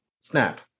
snap